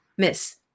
Miss